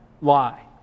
lie